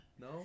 No